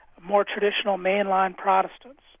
more traditional mainline protestants.